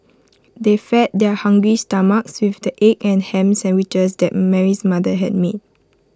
they fed their hungry stomachs with the egg and Ham Sandwiches that Mary's mother had made